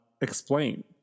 explain